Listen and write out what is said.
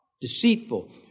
Deceitful